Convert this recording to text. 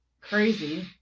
crazy